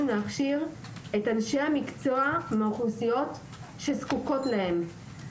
להכשיר את אנשי המקצוע מהאוכלוסיות שזקוקות להם.